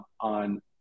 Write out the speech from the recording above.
on